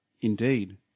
Indeed